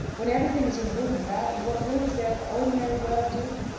when everything is in ruin about you, what room is there for ordinary well-doing?